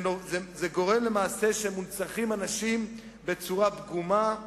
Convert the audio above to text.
למעשה אנשים מונצחים בצורה פגומה,